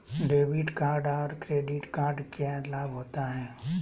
Debit card और credit card क्या लाभ होता है?